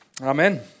Amen